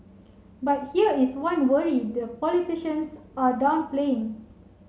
but here is one worry the politicians are downplaying